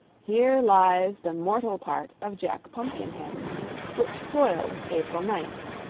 here lies the mortal part of jack pumpkinhead which spoiled april ninth.